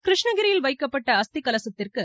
கிருஷ்ணகிரியில் வைக்கப்பட்ட அஸ்தி கலசத்திற்கு